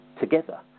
together